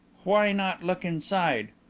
why not look inside?